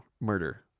murder